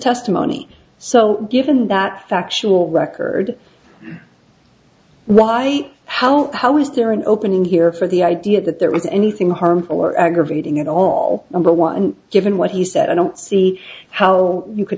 testimony so given that factual record why how how is there an opening here for the idea that there is anything harmful or aggravating at all number one given what he said i don't see how you could